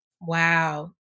Wow